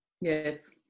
Yes